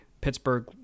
Pittsburgh